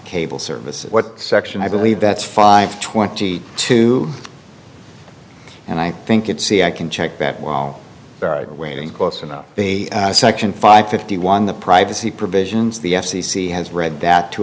cable service what section i believe that's five twenty two and i think it's see i can check that while there are waiting close enough the section five fifty one the privacy provisions the f c c has read that to